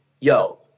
yo